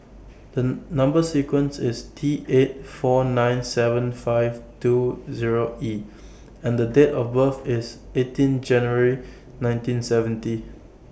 The Number sequence IS T eight four nine seven five two Zero E and Date of birth IS eighteen January nineteen seventy